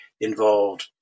involved